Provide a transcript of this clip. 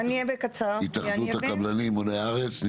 התאחדות הקבלנים בוני הארץ.